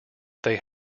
they